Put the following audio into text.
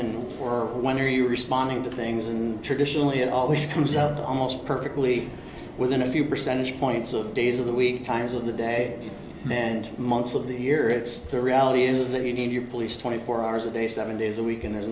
in when are you responding to things and traditionally it always comes up almost perfectly within a few percentage points of days of the week times of the day and months of the year it's the reality is that you need your police twenty four hours a day seven days a week and there's